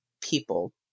people